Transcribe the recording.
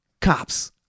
cops